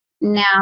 Now